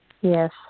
Yes